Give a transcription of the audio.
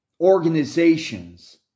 organizations